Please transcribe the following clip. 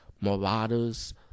marauders